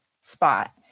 spot